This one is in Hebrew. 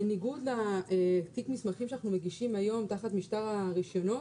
בניגוד לתיק מסמכים שאנחנו מגישים היום תחת משטר הרישיונות,